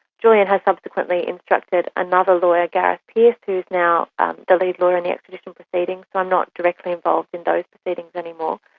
julian has subsequently instructed another lawyer, gareth peirce who's now um the lead lawyer in the extradition proceedings, so i'm not directly involved in those proceedings anymore,